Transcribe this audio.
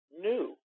new